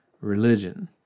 religion